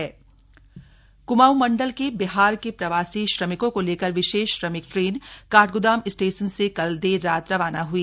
श्रमिक एक्सप्रेस क्माऊं मण्डल के बिहार के प्रवासी श्रमिकों को लेकर विशेष श्रमिक ट्रेन काठगोदाम स्टेशन से कल देर रात रवाना हई